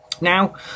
Now